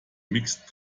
mixt